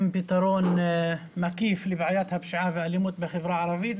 פתרון מקיף לבעיית הפשיעה והאלימות בחברה הערבית.